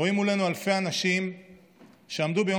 רואים מולנו אלפי אנשים שעמדו ביום